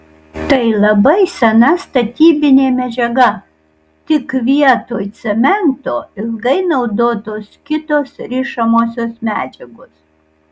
tai labai sena statybinė medžiaga tik vietoj cemento ilgai naudotos kitos rišamosios medžiagos